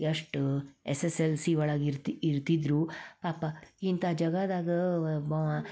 ಎಷ್ಟು S S L C ಒಳಗೆ ಇರ್ತಿ ಇರ್ತಿದ್ದರು ಪಾಪ ಇಂಥ ಜಾಗದಾಗ